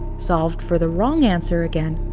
solved for the wrong answer again,